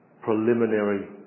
preliminary